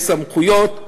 יש סמכויות,